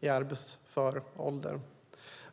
i arbetsför ålder.